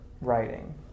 writing